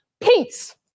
Peace